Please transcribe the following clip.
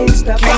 stop